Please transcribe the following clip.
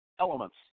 elements